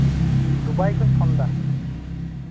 Dubai ᱠᱷᱚᱱᱤᱧ ᱯᱷᱳᱱᱫᱟ